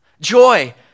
Joy